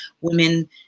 Women